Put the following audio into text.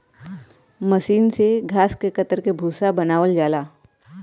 मसीन से घास के कतर के भूसा बनावल जाला